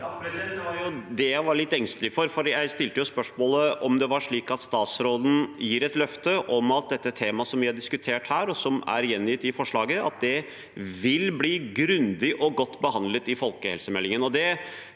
Det var det jeg var litt eng- stelig for. Jeg stilte spørsmål om det er slik at statsråden gir et løfte om at det temaet vi har diskutert her, og som er gjengitt i representantforslaget, vil bli grundig og godt behandlet i folkehelsemeldingen,